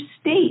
state